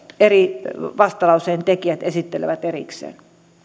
eri vastalauseiden tekijät esittelevät erikseen